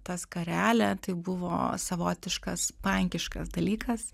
ta skarelė tai buvo savotiškas pankiškas dalykas